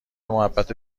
محبت